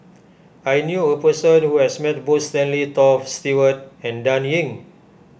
I knew a person who has met both Stanley Toft Stewart and Dan Ying